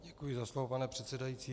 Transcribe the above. Děkuji za slovo, pane předsedající.